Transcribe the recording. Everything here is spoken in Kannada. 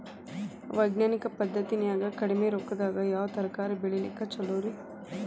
ವೈಜ್ಞಾನಿಕ ಪದ್ಧತಿನ್ಯಾಗ ಕಡಿಮಿ ರೊಕ್ಕದಾಗಾ ಯಾವ ತರಕಾರಿ ಬೆಳಿಲಿಕ್ಕ ಛಲೋರಿ?